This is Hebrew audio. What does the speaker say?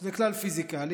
זה כלל פיזיקלי.